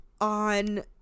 on